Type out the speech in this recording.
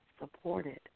supported